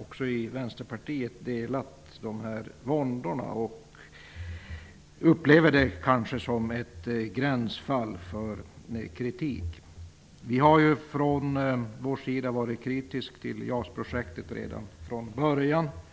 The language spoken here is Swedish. också vi i Vänsterpartiet har känt våndor. Vi upplever detta som ett gränsfall för att ge kritik. Vi var redan från början kritiska till JAS-projektet.